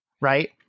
right